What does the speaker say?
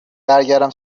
برگردم